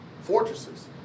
fortresses